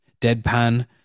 deadpan